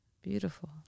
beautiful